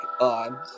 on